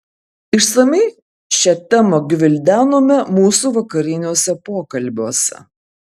išsamiai šią temą gvildenome mūsų vakariniuose pokalbiuose